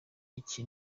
iki